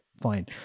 fine